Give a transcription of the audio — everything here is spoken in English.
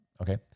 Okay